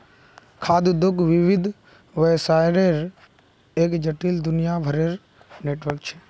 खाद्य उद्योग विविध व्यवसायर एक जटिल, दुनियाभरेर नेटवर्क छ